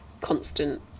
constant